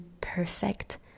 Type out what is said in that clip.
perfect